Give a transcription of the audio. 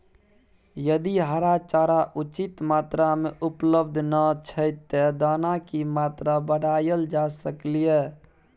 यदि हरा चारा उचित मात्रा में उपलब्ध नय छै ते दाना की मात्रा बढायल जा सकलिए?